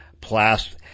Plast